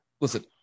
Listen